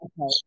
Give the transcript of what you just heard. Okay